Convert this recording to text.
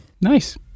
Nice